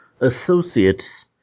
associates